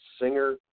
singer